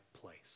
place